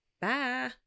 Bye